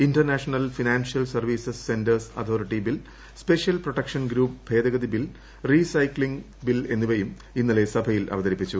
international financial services centres authority bill special protection group ഭേദഗതി bill recycling ships bill എന്നിവയും ഇന്നലെ സഭയിൽ അവതരിപ്പിച്ചു